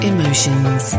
Emotions